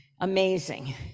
amazing